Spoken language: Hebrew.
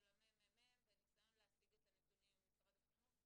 של הממ"מ והניסיון להשיג את הנתונים ממשרד החינוך.